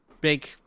big